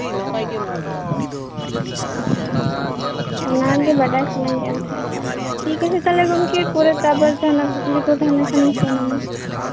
ᱟᱪᱪᱷᱟ ᱚᱱᱟᱜᱮ ᱵᱟᱰᱟᱭ ᱥᱟᱱᱟᱧ ᱠᱟᱱ ᱛᱟᱦᱮᱜ ᱴᱷᱤᱠ ᱟᱪᱷᱮ ᱜᱚᱢᱠᱮ ᱯᱚᱨᱮᱛᱮ ᱟᱵᱟᱨ ᱠᱩᱠᱞᱤ ᱠᱚ ᱛᱟᱦᱮᱱ ᱠᱷᱟᱱ ᱤᱧ ᱯᱷᱳᱱ ᱟᱢᱟ